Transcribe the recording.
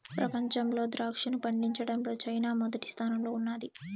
ప్రపంచంలో ద్రాక్షను పండించడంలో చైనా మొదటి స్థానంలో ఉన్నాది